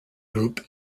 group